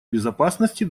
безопасности